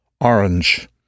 Orange